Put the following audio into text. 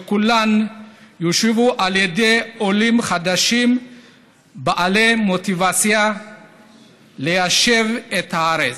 וכולן יושבו על ידי עולים חדשים בעלי מוטיבציה ליישב את הארץ.